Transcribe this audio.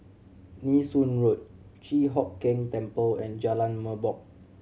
Nee Soon Road Chi Hock Keng Temple and Jalan Merbok